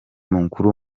mukuru